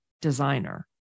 designer